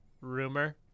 Rumor